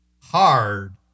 Hard